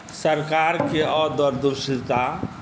सरकारके अदूरदर्शिता